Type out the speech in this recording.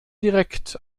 direkt